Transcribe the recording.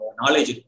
knowledge